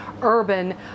urban